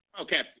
Okay